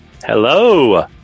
Hello